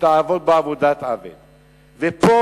די לעצימת העין.